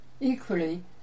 Equally